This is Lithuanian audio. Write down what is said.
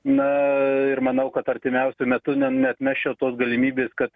na ir manau kad artimiausiu metu ne neatmesčiau tos galimybės kad